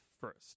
first